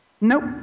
nope